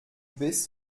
bist